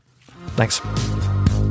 Thanks